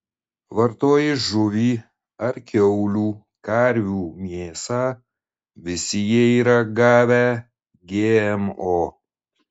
vartoji žuvį ar kiaulių karvių mėsą visi jie yra gavę gmo